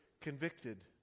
convicted